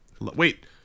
Wait